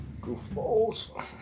goofballs